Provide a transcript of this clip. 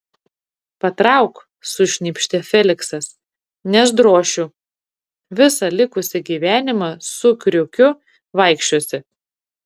patrauk sušnypštė feliksas nes drošiu visą likusį gyvenimą su kriukiu vaikščiosi